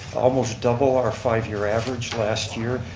almost double our five year average last year.